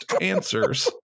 answers